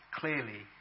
clearly